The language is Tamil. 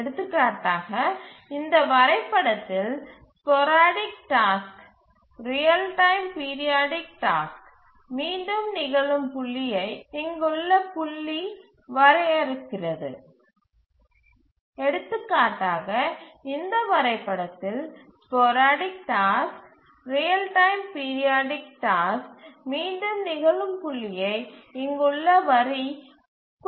எடுத்துக்காட்டாக இந்த வரைபடத்தில் sporadic task real time periodic task மீண்டும் நிகழும் புள்ளியை இங்குள்ள வரி வரையறுக்கிறது